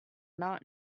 not